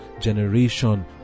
generation